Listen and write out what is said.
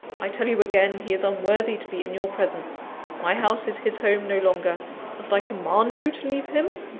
i tell you again, he is unworthy to be in your presence my house is his home no longer must i command you to leave him?